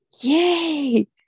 yay